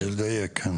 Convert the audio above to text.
לדייק, כן.